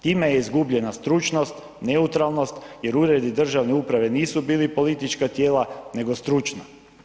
Time je izgubljena stručnost, neutralnost jer uredi državne uprave nisu bili politička tijela nego stručna.